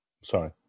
Sorry